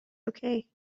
okay